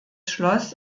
schloss